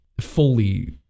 fully